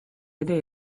ere